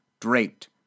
draped